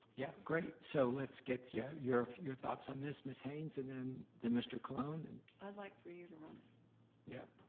yeah, great, so let's get yeah your your thoughts on this. miss haynes and then then mr. colon. and i'd like for you to run it. yep,